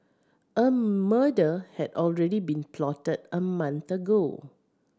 a murder had already been plotted a month ago